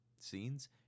scenes